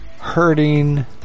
hurting